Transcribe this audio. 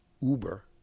Uber